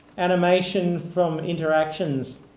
animation from interactions.